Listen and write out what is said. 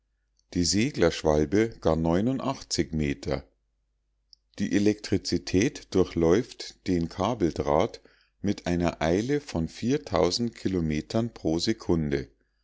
die seglerschwalbe gar meter die elektrizität durchläuft den kabeldraht mit einer eile von kilometern pro sekunde